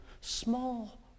small